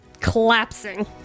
collapsing